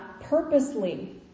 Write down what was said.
purposely